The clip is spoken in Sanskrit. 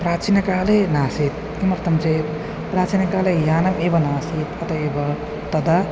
प्राचीनकाले नासीत् किमर्थं चेत् प्राचीनकाले यानम् एव नासीत् अत एव तदा